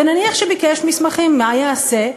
ונניח שביקש מסמכים, מה יעשה?